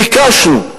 ביקשנו,